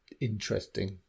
interesting